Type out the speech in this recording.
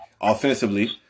offensively